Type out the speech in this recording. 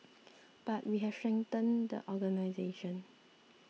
but we have strengthened the organisation